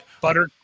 butter